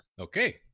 Okay